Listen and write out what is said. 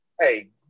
Hey